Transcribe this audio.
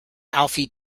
alfie